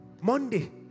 Monday